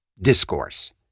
discourse